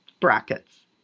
brackets